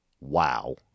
Wow